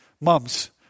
Mums